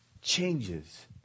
changes